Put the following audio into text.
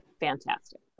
fantastic